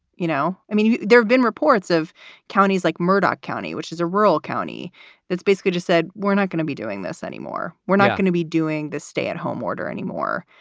you know, i mean, there've been reports of counties like murdoch county, which is a rural county that's basically just said we're not going to be doing this anymore. we're not going to be doing this stay at home order anymore.